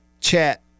chat